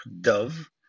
Dove